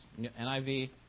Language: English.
NIV